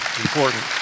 important